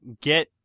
get